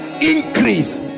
increase